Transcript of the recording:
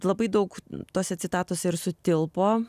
labai daug tose citatose ir sutilpo